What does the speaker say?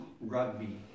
rugby